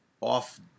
off